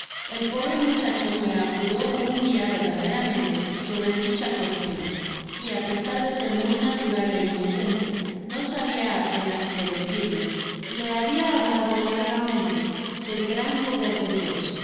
el pobre muchacho me apuró un dia verdaderamente sobre dicha cuestion y á pesar de ser muy natural é inocente no sabia apenas qué decirle le habia hablado largamente del gran poder de dios